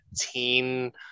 teen